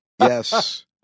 Yes